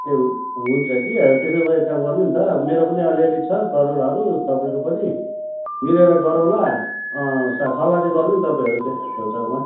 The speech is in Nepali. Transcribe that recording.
ए हुन्छ हुन्छ कि अब त्यसो भए एक काम गर्नु न त अब मेरो पनि अलि अलि छ तरुलहरू तपाईँको पनि मिलेर गरौँला सा सल्लाह चाहिँ तपाईँहरू त्यहाँ छेउछाउमा